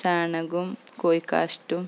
ചാണകവും കോഴിക്കാഷ്ടവും